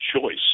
choice